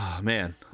man